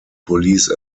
police